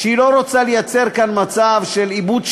שלא רוצה לייצר כאן מצב של איבוד שליטה,